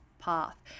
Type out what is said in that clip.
Path